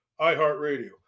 iHeartRadio